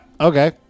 Okay